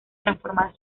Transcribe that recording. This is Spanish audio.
transformar